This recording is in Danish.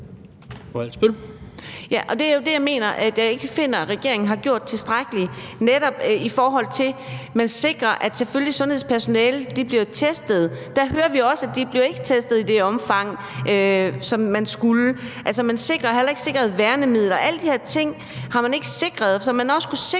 Det jo der, jeg ikke finder at regeringen har gjort tilstrækkeligt, altså f.eks. med hensyn til at sikre, at sundhedspersonalet bliver testet. Vi hører også, at de ikke bliver testet i det omfang, som man burde, og man har heller ikke sikret værnemidler. Alle de her ting har man ikke sørget for, så man har kunnet sikre,